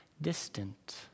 distant